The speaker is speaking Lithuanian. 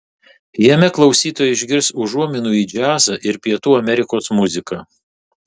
jame klausytojai išgirs užuominų į džiazą ir pietų amerikos muziką